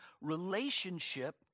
relationship